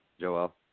Joel